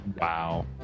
Wow